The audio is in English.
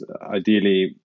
ideally